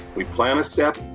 we plan a step,